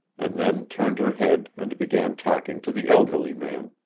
and then turned her head and began talking to the elderly man.